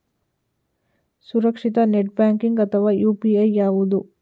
ಸುರಕ್ಷಿತ net banking ಅಥವಾ UPI ಯಾವುದು?